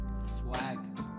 swag